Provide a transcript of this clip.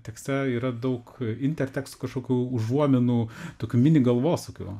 tekste yra daug interteksto kažkokių užuominų tokių mini galvosūkių